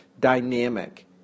dynamic